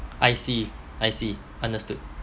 I see I see understood